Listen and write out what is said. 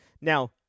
now